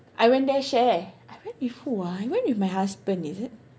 I went there share I went with who ah I went with my husband is it